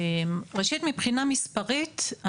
ראשית מבחינה מספרית,